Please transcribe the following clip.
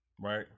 right